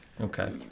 Okay